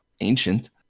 ancient